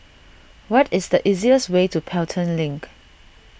what is the easiest way to Pelton Link